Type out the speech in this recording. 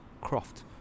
Croft